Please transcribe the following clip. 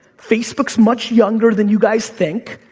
facebook's much younger than you guys think,